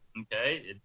okay